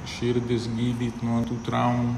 širdis gydyt nuo tų traumų